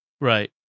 Right